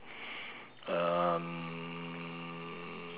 um